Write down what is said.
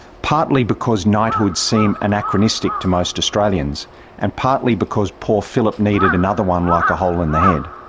partly because knighthoods seem anachronistic to most australians and partly because poor philip needed another one like a hole in the head.